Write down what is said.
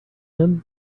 him